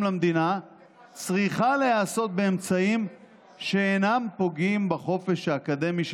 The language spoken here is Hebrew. למדינה צריכים להיעשות באמצעים שאינם פוגעים בחופש האקדמי של